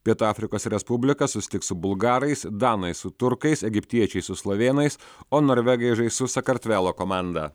pietų afrikos respublika susitiks su bulgarais danai su turkais egiptiečiai su slovėnais o norvegai žais su sakartvelo komanda